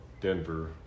Denver